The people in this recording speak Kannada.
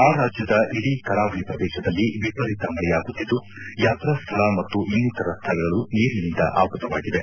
ಆ ರಾಜ್ಯದ ಇಡೀ ಕರಾವಳಿ ಪ್ರದೇಶದಲ್ಲಿ ವಿಪರೀತ ಮಳೆಯಾಗುತ್ತಿದ್ದು ಯಾತ್ರಾ ಸ್ವಳ ಮತ್ತು ಇನ್ನಿತರ ಸ್ವಳಗಳು ನೀರಿನಿಂದ ಆವೃತವಾಗಿವೆ